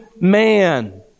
man